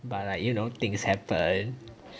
but like you know things happen